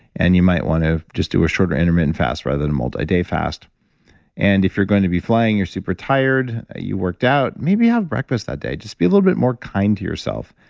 and you might want to just do a shorter, intermittent fast, rather than a multi-day fast and if you're going to be flying, and you're super tired, you worked out, maybe have breakfast that day just be a little bit more kind to yourself.